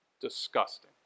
Disgusting